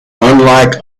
unlike